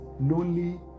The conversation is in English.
lonely